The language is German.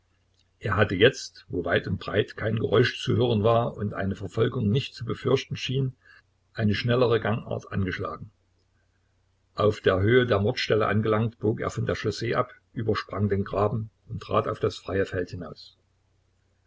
er hatte jetzt wo weit und breit kein geräusch zu hören war und eine verfolgung nicht zu befürchten schien eine schnellere gangart angeschlagen auf der höhe der mordstelle angelangt bog er von der chaussee ab übersprang den graben und trat auf das freie feld hinaus